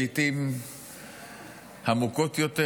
לעיתים עמוקות יותר.